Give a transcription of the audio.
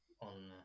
on